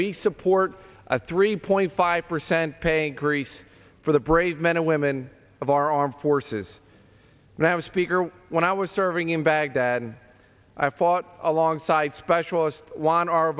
we support a three point five percent pay increase for the brave men and women of our armed forces that was speaker when i was serving in baghdad and i fought alongside specialist one o